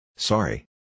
Sorry